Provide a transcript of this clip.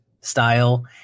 style